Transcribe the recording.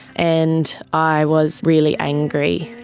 and i was really angry.